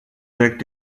wirkt